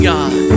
God